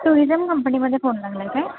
tourism कंपनीमध्ये phone लागला का